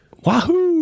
Wahoo